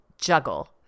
juggle